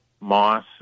Moss